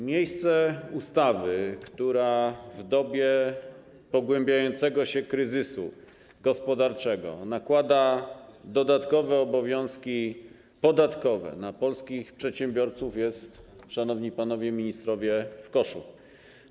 Miejsce ustawy, która w dobie pogłębiającego się kryzysu gospodarczego nakłada dodatkowe obowiązki podatkowe na polskich przedsiębiorców, jest, szanowni panowie ministrowie, w koszu.